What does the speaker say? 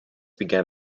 began